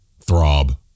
Throb